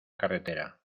carretera